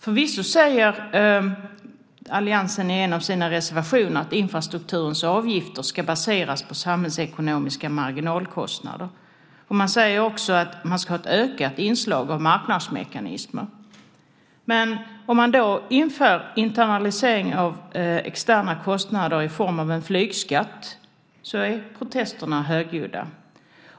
Förvisso säger alliansen i en av sina reservationer att infrastrukturens avgifter ska baseras på samhällsekonomiska marginalkostnader. Man säger också att man vill ha ett ökat inslag av marknadsmekanismer. Men om vi då inför internalisering av externa kostnader i form av en flygskatt är protesterna högljudda.